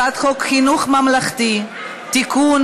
הצעת חוק חינוך ממלכתי (תיקון,